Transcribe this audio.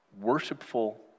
worshipful